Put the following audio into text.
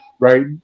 right